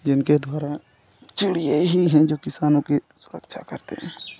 जिनके द्वारा चिड़ियाँ ही हैं जो किसानों की सुरक्षा करती हैं